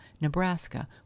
Nebraska